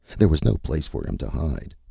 there was no place for him to hide.